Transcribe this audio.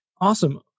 Awesome